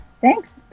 thanks